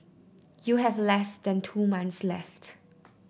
you have less than two months left